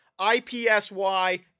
IPSY